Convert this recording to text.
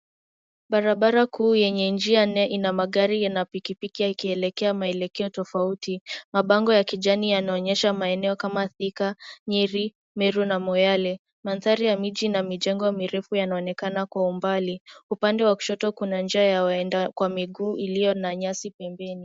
Barabara kuu yenye njia nne ina magari na pikipiki yakielekea maelekeo tofauti. Mabango ya kijani yanaonyesha maeneo kama thika, nyeri, meru na moyale. Mandhari ya miti na mijengo mirefu yanaonekana kwa umbali. Upande wa kushoto kuna njia ya waenda kwa miguu iliyo na nyasi pembeni.